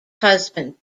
husband